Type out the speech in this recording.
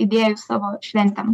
idėjų savo šventėm